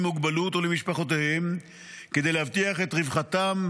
מוגבלות ולמשפחותיהם כדי להבטיח את רווחתם,